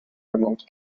remote